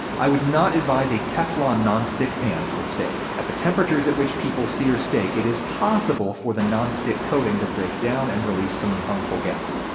i would not advise a teflon non-stick pan for steak. at the temperatures at which people sear steak, it is possible for the non-stick coating to break down and release some harmful gas.